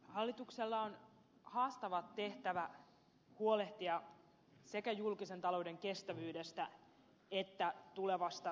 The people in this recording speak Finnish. hallituksella on haastava tehtävä huolehtia sekä julkisen talouden kestävyydestä että tulevasta työllisyydestä